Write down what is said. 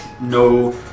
No